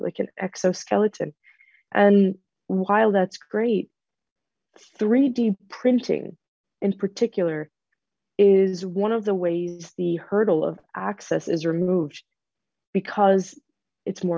o an exoskeleton and while that's great d printing in particular is one of the ways the hurdle of access is removed because it's more